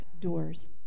doors